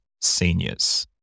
seniors